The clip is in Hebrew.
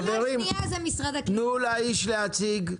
תנו לאיש להציג.